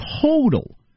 total